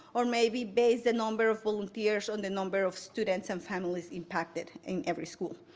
or maybe base the number of volunteers on the number of students and families impacted in every school.